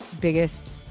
biggest